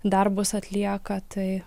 darbus atlieka tai